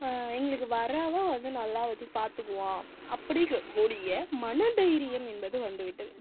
எங்களுக்கு வரவேன் வந்து நல்லா வச்சு பார்த்துக்குவான் அப்படிங்கக்கூடிய மன தைரியம் என்பது வந்துவிட்டது